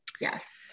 yes